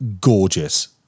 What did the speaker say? gorgeous